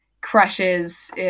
crushes